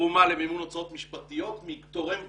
תרומה למימון הוצאות משפטיות מתורם בודד,